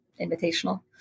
invitational